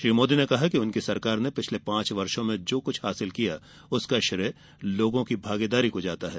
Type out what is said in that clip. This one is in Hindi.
श्री मोदी ने कहा कि उनकी सरकार ने पिछले पांच वर्षों में जो कृछ हासिल किया उसका श्रेय लोगों की भागीदारी को जाता है